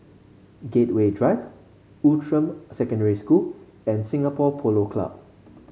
Gateway Drive Outram Secondary School and Singapore Polo Club